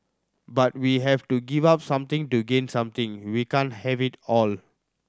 but we have to give up something to gain something we can't have it all